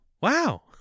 Wow